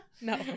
no